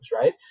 right